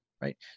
right